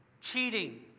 cheating